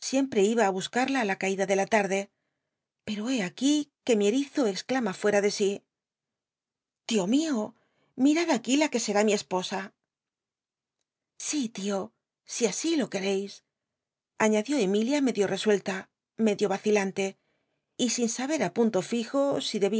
siempre iba á buscarla t la caida de la tarde peto bé aquí que mi erizo exclama fuera de sí tío mío mirad aquí la que será mi esposa si tío si asi lo queteis añadió emilia medio resuella medio vacilante y sin saber tí punto fljo si